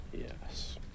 Yes